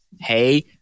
hey